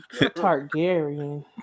Targaryen